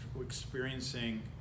experiencing